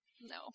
No